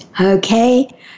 Okay